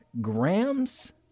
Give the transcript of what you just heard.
grams